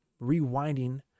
rewinding